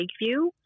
Lakeview